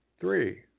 three